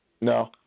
No